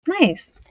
nice